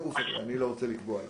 אני לא רוצה לקבוע לה,